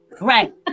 Right